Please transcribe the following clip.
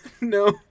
no